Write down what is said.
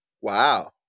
wow